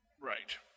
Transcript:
Right